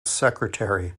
secretary